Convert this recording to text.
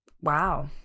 Wow